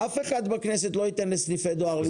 אף אחד בכנסת לא ייתן לסניפי דואר להיסגר.